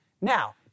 Now